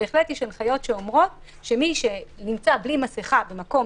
בהחלט יש הנחיות שאומרות שמי שנמצא בלי מסכה במקום